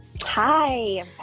Hi